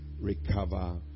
recover